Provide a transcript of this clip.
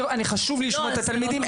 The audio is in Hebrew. חשוב לי לשמוע את התלמידים.